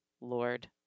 Lord